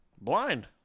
Blind